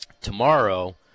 Tomorrow